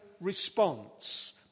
response